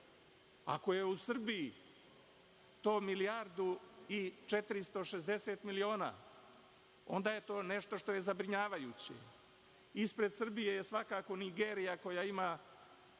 Ako je u Srbiji to milijardu i 460 miliona, onda je to nešto što je zabrinjavajuće. Ispred Srbije je svakako Nigerija, koja ima